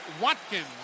Watkins